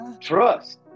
trust